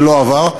ולא עבר,